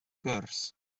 gwrs